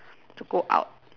to go out